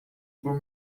por